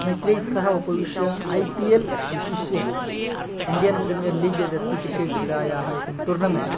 मित्रैस्सह उपविश्य I P L विशिष्य इन्डियन् प्रीमियल् लीग् यदस्ति क्रिकेट् क्रीडायाः एकं टोर्नमेन्ट्